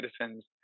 citizens